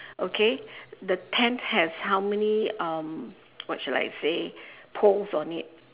okay the tent has how many um what shall I say poles on it